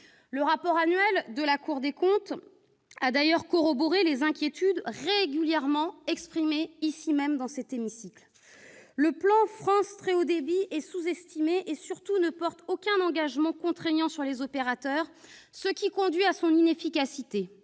Le rapport annuel de la Cour des comptes a d'ailleurs corroboré les inquiétudes régulièrement exprimées dans cet hémicycle. Le plan France très haut débit est sous-estimé et, surtout, ne comporte aucun engagement contraignant pour les opérateurs, ce qui conduit à son inefficacité.